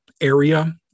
area